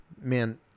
man